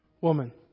woman